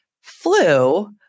flu